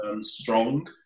strong